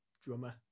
drummer